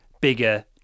bigger